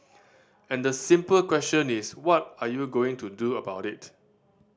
and the simple question is what are you going to do about it